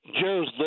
Joe's